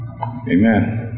Amen